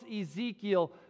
Ezekiel